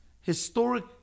historic